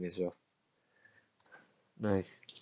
is ya nice